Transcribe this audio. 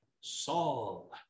Saul